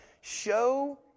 show